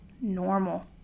normal